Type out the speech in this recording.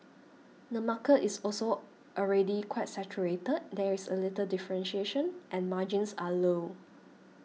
the market is also already quite saturated there is a little differentiation and margins are low